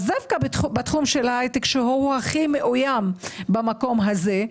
דווקא בתחום ההייטק שהוא הכי מאוים במקום הזה,